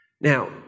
Now